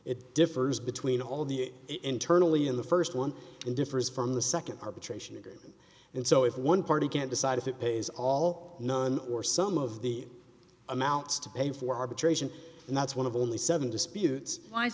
differs between all the internally in the st one and differs from the nd arbitration agreement and so if one party can't decide if it pays all none or some of the amounts to pay for arbitration and that's one of only seven disputes